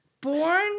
born